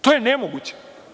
To je nemoguće.